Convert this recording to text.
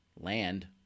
land